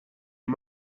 you